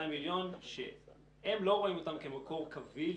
מיליון שהם לא רואים אותם כמקור קביל